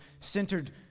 centered